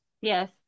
yes